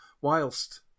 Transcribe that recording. whilst